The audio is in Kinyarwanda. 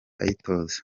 ayitoza